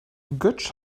götsch